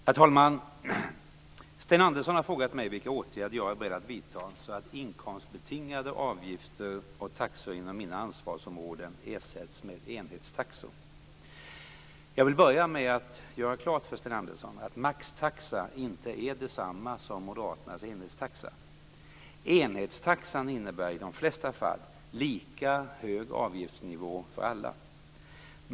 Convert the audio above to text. Herr talman! Sten Andersson har frågat mig vilka åtgärder jag är beredd att vidta så att inkomstbetingade avgifter och taxor inom mina ansvarsområden ersätts med enhetstaxor. Jag vill börja med att göra klart för Sten Andersson att maxtaxa inte är detsamma som moderaternas enhetstaxa. Enhetstaxan innebär i de flesta fall lika hög avgiftsnivå för alla.